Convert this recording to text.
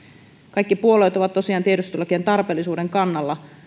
kaikki puolueet ovat tosiaan tiedustelulakien tarpeellisuuden kannalla